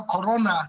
corona